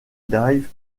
live